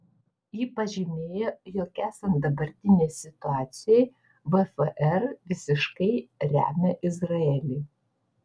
ji pažymėjo jog esant dabartinei situacijai vfr visiškai remia izraelį